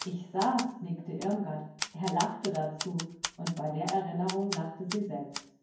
ich sah's nickte irmgard er lachte dazu und bei der erinnerung lachte sie selbst